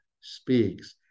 speaks